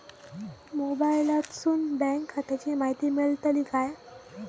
मोबाईलातसून बँक खात्याची माहिती मेळतली काय?